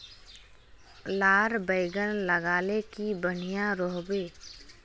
लार बैगन लगाले की बढ़िया रोहबे?